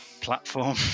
platform